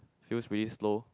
feels pretty slow